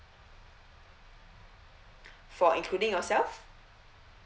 four including yourself